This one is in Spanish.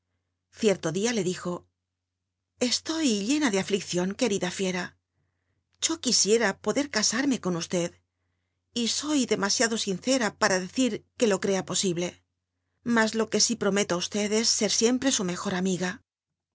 cierto llia le dijo e tor llena de allircion querida fiera yo quisiera poclor ca armc ton l so cltjua iaclo sin cra para decir que lo crl'a po iijic ma lo cph prunwto á es ser siempre u llll'jor amiga